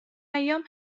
ایام